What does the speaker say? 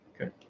okay